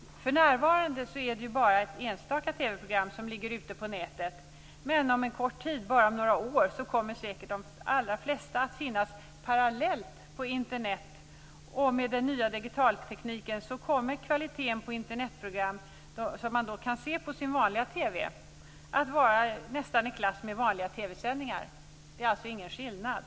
För närvarande är det bara enstaka TV-program som ligger ute på nätet men om en kort tid, om bara några år, kommer de allra flesta säkert att finnas parallellt på Internet. Med den nya digitaltekniken kommer kvaliteten på Internetprogram, som man kan se på sin vanliga TV, nästan att vara i klass med vanliga TV-sändningar. Det är alltså ingen skillnad.